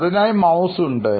അതിനായി മൌസ് ഉണ്ട്